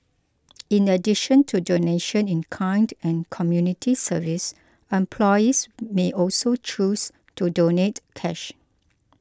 in addition to donation in kind and community service employees may also choose to donate cash